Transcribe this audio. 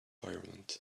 environment